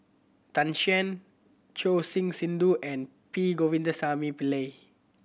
Tan Shen Choor Singh Sidhu and P Govindasamy Pillai